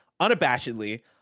unabashedly